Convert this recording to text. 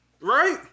right